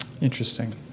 Interesting